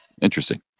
interesting